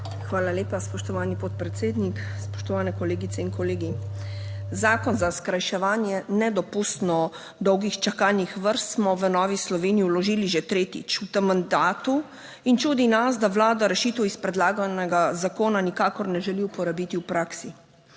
Hvala lepa, spoštovani podpredsednik. Spoštovane kolegice in kolegi. Zakon za skrajševanje nedopustno dolgih čakalnih vrst smo v Novi Sloveniji vložili že tretjič v tem mandatu in čudi nas, da Vlada rešitev iz predlaganega zakona nikakor ne želi uporabiti v praksi.